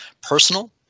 personal